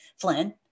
Flynn